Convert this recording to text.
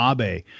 Abe